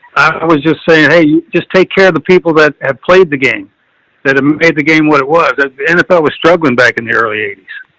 i was just saying hey, yeah just take care of the people that have played the game that made the game, what it was that's the nfl was struggling back in the early eighties.